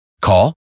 Call